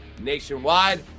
nationwide